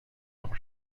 dans